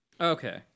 Okay